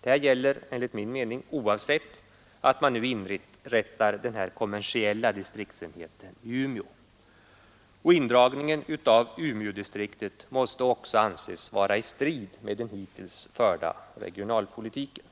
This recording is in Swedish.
Detta gäller enligt min mening oavsett att man nu inrättar den kommersiella distriktsenheten i Umeå. Indragningen av Umeådistriktet måste också anses vara i strid med den hittills förda regionalpolitiken.